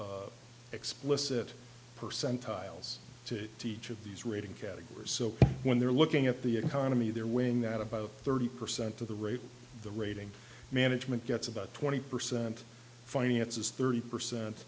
more explicit percentiles to teach of these rating categories so when they're looking at the economy they're winning that about thirty percent of the rate the rating management gets about twenty percent finance is thirty percent